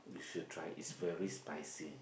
you should try its very spicy